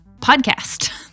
podcast